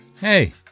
Hey